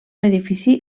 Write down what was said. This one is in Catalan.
edifici